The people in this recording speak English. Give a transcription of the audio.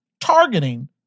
targeting